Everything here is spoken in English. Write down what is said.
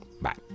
bye